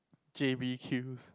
j_b queues